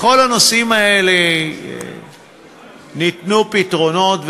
לכל הנושאים האלה ניתנו פתרונות,